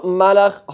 malach